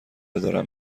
دارن